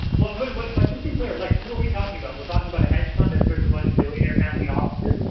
well but but but just be clear. like, who are we talking about? we're talking about a hedge fund that serves a bunch of billionaire family offices.